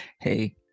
hey